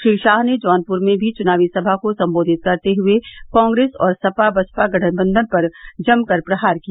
श्री शाह ने जौनपुर में भी चुनावी सभा को संबोधित करते हुए कांग्रेस और सपा बसपा गठबंधन पर जमकर प्रहार किया